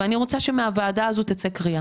ואני רוצה שמהוועדה הזאת תצא קריאה